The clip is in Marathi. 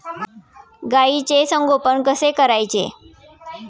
गाईचे संगोपन कसे करायचे?